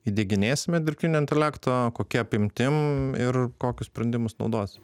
įdieginėsime dirbtinio intelekto kokia apimtim ir kokius sprendimus naudosim